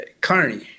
carney